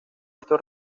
estos